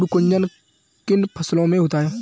पर्ण कुंचन किन फसलों में होता है?